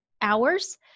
hours